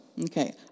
Okay